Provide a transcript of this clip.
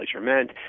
meant